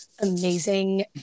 amazing